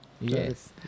Yes